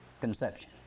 conception